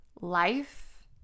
life